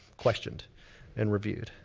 questioned and reviewed,